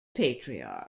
patriarch